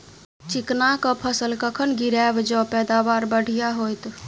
चिकना कऽ फसल कखन गिरैब जँ पैदावार बढ़िया होइत?